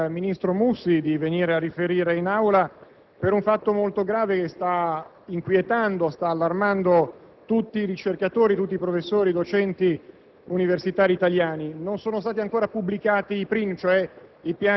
Signor Presidente, volevo pregarla di chiedere al ministro Mussi di venire a riferire in Aula per un fatto molto grave che sta inquietando, sta allarmando tutti i ricercatori, i professori, i docenti